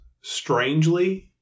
strangely